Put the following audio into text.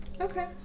Okay